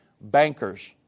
bankers